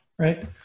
Right